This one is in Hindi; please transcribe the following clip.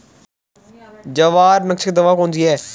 जवार नाशक दवा कौन सी है?